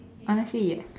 honestly yes